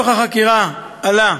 מתוך החקירה עלה